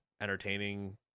entertaining